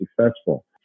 successful